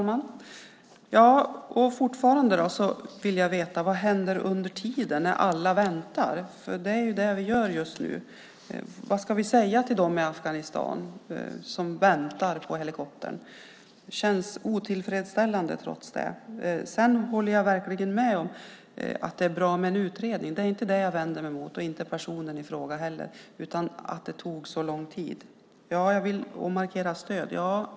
Fru talman! Fortfarande vill jag veta vad som händer under tiden alla väntar. Det är ju det vi gör just nu. Vad ska vi säga till dem i Afghanistan som väntar på helikoptern? Det känns trots allt otillfredsställande. Sedan håller jag verkligen med om att det är bra med en utredning. Det är inte det jag vänder mig mot och inte mot personen i fråga heller utan mot att det tog så lång tid. Jag vill absolut markera stöd.